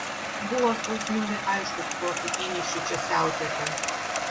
buvo skausmingai aišku su kokiu įniršiu čia siautėta